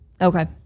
okay